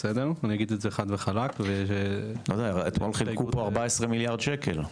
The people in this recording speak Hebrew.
אני אגיד את זה חד וחלק --- אתמול חילקו פה 14 מיליארד שקל.